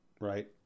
right